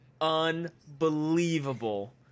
unbelievable